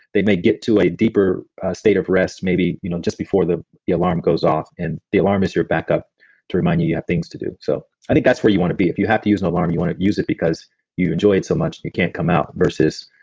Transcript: they may get to a deeper state of rest maybe you know just before the the alarm goes off. and the alarm is your backup to remind you you have things to do. so i think that's where you want to be. if you have to use an alarm you want to use it because you enjoy it so much, you can't come out versus,